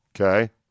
Okay